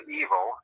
evil